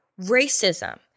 racism